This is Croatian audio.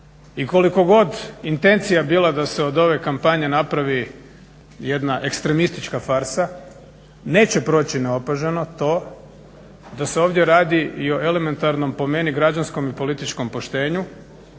I koliko god intencija bila da se od ove kampanje napravi jedna ekstremistička farsa neće proći neopaženo to da se ovdje radi i o elementarnom, po meni građanskom i političkim poštenju,